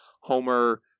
Homer